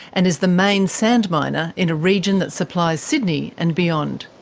and is the main sand miner in a region that supplies sydney and beyond.